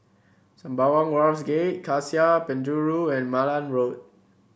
Sembawang Wharves Gate Cassia Penjuru and Malan Road